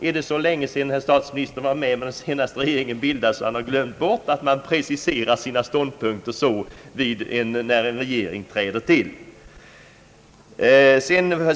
Är det så länge sedan herr statsministern var med när den senaste regeringen bildades, att han har glömt bort att man preciserar sina ståndpunkter när en regering skall träda till?